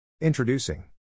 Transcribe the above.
Introducing